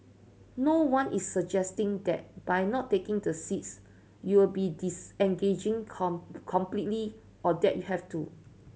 no one is suggesting that by not taking the seats you will be disengaging completely or that you have to